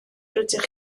rydych